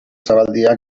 zabaldia